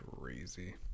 crazy